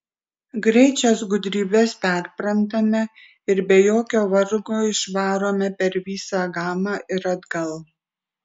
greit šias gudrybes perprantame ir be jokio vargo išvarome per visą gamą ir atgal